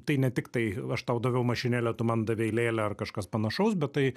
tai ne tiktai aš tau daviau mašinėlę tu man davei lėlę ar kažkas panašaus bet tai